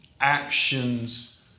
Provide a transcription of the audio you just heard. actions